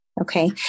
Okay